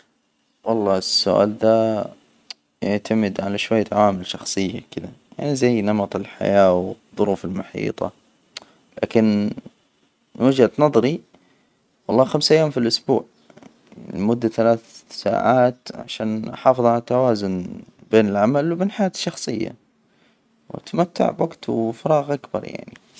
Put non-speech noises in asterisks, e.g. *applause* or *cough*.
والله السؤال ده *hesitation* يعتمد على شوية عوامل شخصية كده يعني زي نمط الحياة والظروف المحيطة، *hesitation* لكن من وجهة نظري والله خمس أيام في الأسبوع لمدة ثلاث ساعات عشان أحافظ على التوازن بين العمل وبين حياتى الشخصية. وأتمتع بوجت وفراغ أكبر يعني.